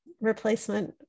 replacement